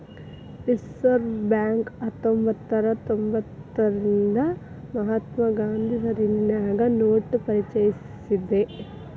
reserve bank ಹತ್ತೊಂಭತ್ನೂರಾ ತೊಭತಾರ್ರಿಂದಾ ರಿಂದ ಮಹಾತ್ಮ ಗಾಂಧಿ ಸರಣಿನ್ಯಾಗ ನೋಟ ಪರಿಚಯಿಸೇದ್